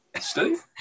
Steve